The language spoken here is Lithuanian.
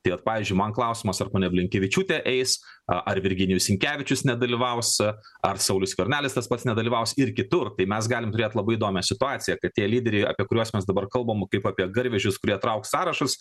tai vat pavyzdžiui man klausimas ar ponia blinkevičiūtė eis a ar virginijus sinkevičius nedalyvaus ar saulius skvernelis tas pats nedalyvaus ir kitur tai mes galim turėt labai įdomią situaciją kad tie lyderiai apie kuriuos mes dabar kalbam kaip apie garvežius kurie trauks sąrašus